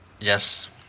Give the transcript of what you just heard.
yes